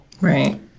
Right